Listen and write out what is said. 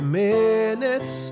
minutes